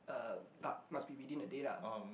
uh but must be within a day lah